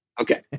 Okay